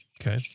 Okay